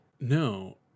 No